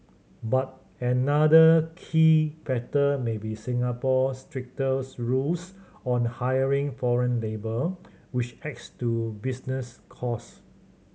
but another key factor may be Singapore's stricter's rules on hiring foreign labour which adds to business costs